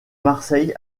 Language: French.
marseille